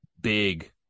big